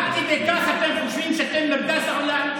עד כדי כך אתם חושבים שאתם מרכז העולם,